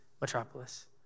metropolis